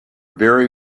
very